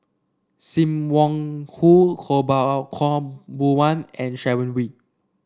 Sim Wong Hoo Khaw Boon Wan and Sharon Wee